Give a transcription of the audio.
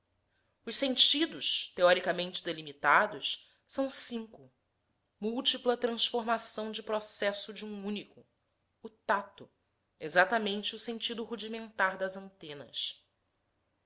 os sentidos teoricamente delimitados são cinco múltipla transformação de processo de um único o tato exatamente o sentido rudimentar das antenas